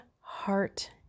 heart